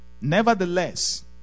Nevertheless